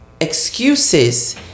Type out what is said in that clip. excuses